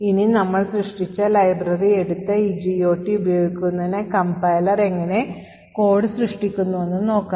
ഇനി നമ്മൾ സൃഷ്ടിച്ച ലൈബ്രറി എടുത്ത് ഈ GOT ഉപയോഗിക്കുന്നതിന് കംപൈലർ എങ്ങനെ കോഡ് സൃഷ്ടിക്കുന്നുവെന്ന് നോക്കാം